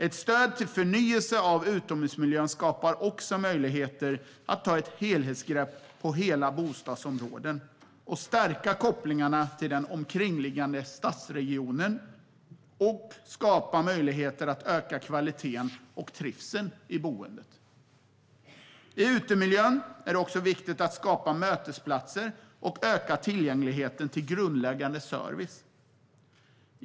Ett stöd till förnyelse av utomhusmiljöerna skapar möjligheter att ta ett helhetsgrepp om hela bostadsområden och stärka kopplingarna till den omkringliggande stadsregionen. På så sätt skapas möjligheter att öka kvaliteten och trivseln i boendet. I utemiljön är det också viktigt att skapa mötesplatser och öka tillgängligheten till grundläggande service.